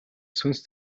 сүнс